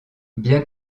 bien